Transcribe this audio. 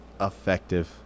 effective